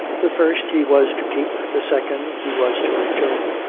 the first he was to keep, the second he was to return,